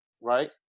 right